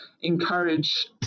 encourage